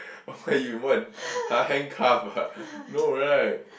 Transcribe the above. what you want !huh! handcuff ah no right